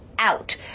Out